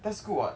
that's good [what]